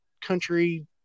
country